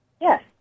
Yes